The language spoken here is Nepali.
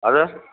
हजुर